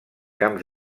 camps